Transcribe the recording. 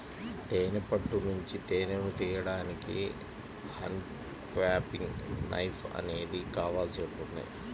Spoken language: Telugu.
తేనె పట్టు నుంచి తేనెను తీయడానికి అన్క్యాపింగ్ నైఫ్ అనేది కావాల్సి ఉంటుంది